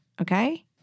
okay